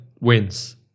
wins